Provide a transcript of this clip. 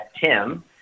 Tim